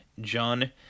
John